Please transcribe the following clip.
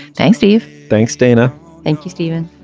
thanks steve. thanks dana thank you stephen.